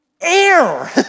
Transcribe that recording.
Air